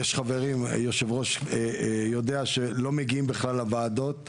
היושב-ראש יודע שלא מגיעים בכלל לוועדות שממונים.